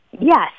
Yes